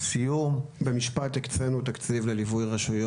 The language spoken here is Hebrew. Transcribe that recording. תביאו עוד כסף לילדים.